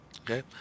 Okay